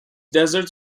deserts